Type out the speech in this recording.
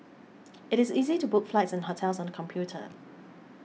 it is easy to book flights and hotels on computer